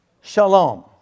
shalom